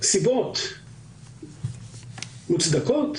סיבות מוצדקות